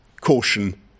caution